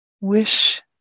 Wish